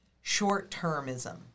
short-termism